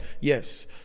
Yes